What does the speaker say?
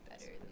better